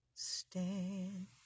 stand